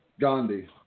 Gandhi